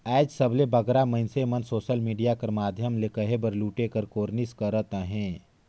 आएज सबले बगरा मइनसे मन सोसल मिडिया कर माध्यम ले कहे बर लूटे कर कोरनिस करत अहें